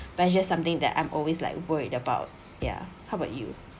pressure is something that I'm always like worried about ya how about you